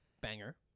banger